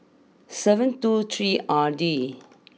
seven two three R D